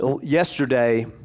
yesterday